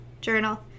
journal